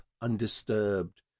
undisturbed